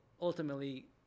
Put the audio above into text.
ultimately